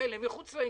מחוץ לעניין.